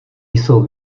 jsou